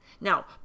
now